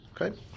Okay